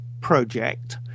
project